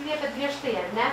liepėt griežtai ar ne